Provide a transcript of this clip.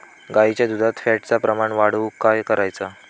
गाईच्या दुधात फॅटचा प्रमाण वाढवुक काय करायचा?